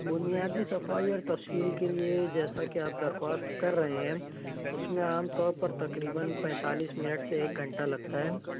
بنیادی صفائی اور تفصیل کے لئے جیسا کہ آپ درخواست کر رہے ہیں اس میں عام طور پر تقریباً پینتالیس منٹ سے ایک گھنٹہ لگتا ہے